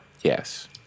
Yes